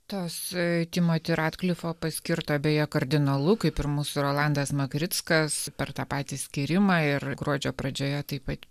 tos timoti radlifo paskirto beje kardinolu kaip ir mūsų rolandas makrickas per tą patį skyrimą ir gruodžio pradžioje taip pat